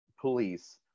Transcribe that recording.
police